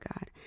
God